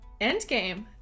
Endgame